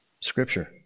Scripture